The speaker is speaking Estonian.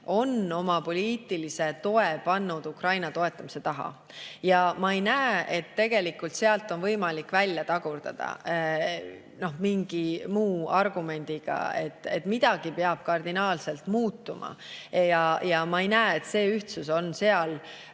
on oma poliitilise toe pannud Ukraina toetamise taha. Ma ei näe, et sealt oleks võimalik välja tagurdada mingi muu argumendiga. Midagi peab kardinaalselt muutuma. Ja ma ei näe, et see ühtsus oleks